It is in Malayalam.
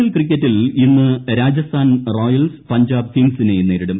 എൽ ക്രിക്കറ്റിൽ ഇന്ന് രാജസ്ഥാൻ റോയൽസ് പഞ്ചാബ് കിങ്സിനെ നേരിടും